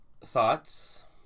thoughts